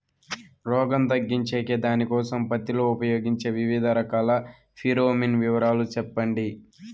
రోగం తగ్గించేకి దానికోసం పత్తి లో ఉపయోగించే వివిధ రకాల ఫిరోమిన్ వివరాలు సెప్పండి